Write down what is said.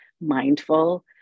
mindful